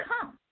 Come